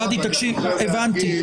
גדי, הבנתי.